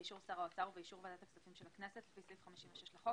באישור שר האוצר ובאישור ועדת הכספים של הכנסת לפי סעיף 56 לחוק,